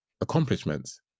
accomplishments